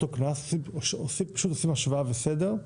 אותו קנס, פשוט עושים השוואה וסדר.